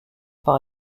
par